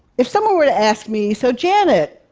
if someone were to ask me, so, janet,